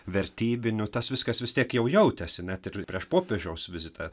vertybiniu tas viskas vis tiek jau jautėsi net ir prieš popiežiaus vizitą